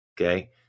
okay